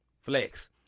flex